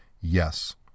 yes